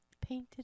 painted